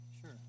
Sure